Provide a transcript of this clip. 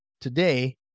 today